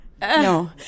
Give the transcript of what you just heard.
No